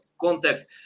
context